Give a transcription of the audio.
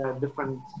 different